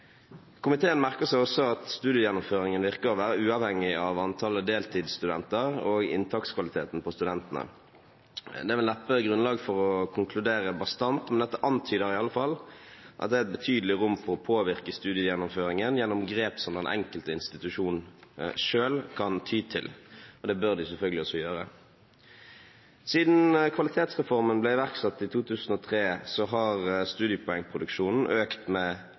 Komiteen merker seg også at studiegjennomføringen virker å være uavhengig av antallet deltidsstudenter og inntakskvaliteten på studentene. Det er vel neppe grunnlag for å konkludere bastant, men dette antyder i alle fall at det er et betydelig rom for å påvirke studiegjennomføringen gjennom grep som den enkelte institusjonen selv kan ty til – og det bør de selvfølgelig også gjøre. Siden kvalitetsreformen ble iverksatt i 2003, har studiepoengproduksjonen økt med